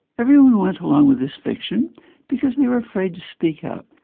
everyone went along with this fiction because they were afraid to speak up.